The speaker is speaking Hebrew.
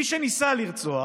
מי שניסה לרצוח,